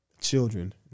children